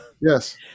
yes